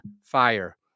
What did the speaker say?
fire